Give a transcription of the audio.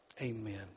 Amen